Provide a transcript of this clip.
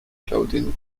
clothing